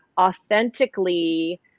authentically